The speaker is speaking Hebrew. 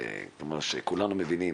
כלומר שכולנו מבינים,